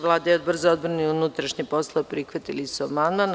Vlada i Odbor za odbranu i unutrašnje poslove prihvatili su amandman.